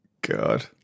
God